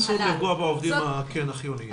אסור לפגוע בעובדים החיוניים.